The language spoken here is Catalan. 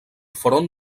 front